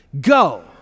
Go